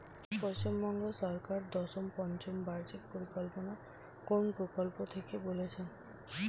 পশ্চিমবঙ্গ সরকার দশম পঞ্চ বার্ষিক পরিকল্পনা কোন প্রকল্প কথা বলেছেন?